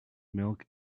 milk